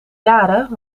jaren